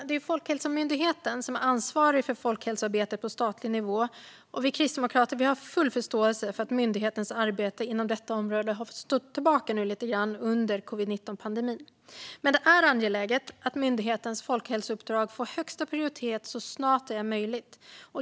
Det är Folkhälsomyndigheten som är ansvarig för folkhälsoarbetet på statlig nivå, och vi kristdemokrater har full förståelse för att myndighetens arbete inom detta område har fått stå tillbaka lite grann under covid-19-pandemin. Men det är angeläget att myndighetens folkhälsouppdrag får högsta prioritet så snart det är möjligt.